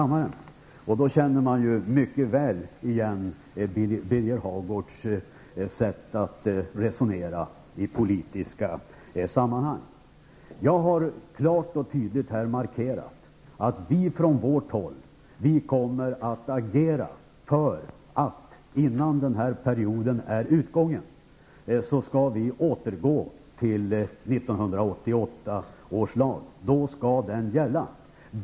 Man känner nu igen Birger Hagårds sätt att resonera i politiska sammanhang. Jag har här klart och tydligt markerat att vi från vårt håll kommer att agera för att vi skall återgå till att tillämpa 1988 års lag innan den här perioden är utgången.